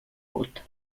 vot